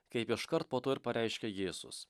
kaip iškart po to ir pareiškė jėzus